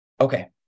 Okay